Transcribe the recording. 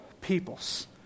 peoples